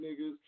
niggas